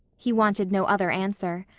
he wanted no other answer.